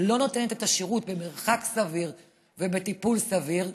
לא נותנת את השירות במרחק סביר ובטיפול סביר,